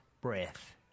breath